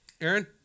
Aaron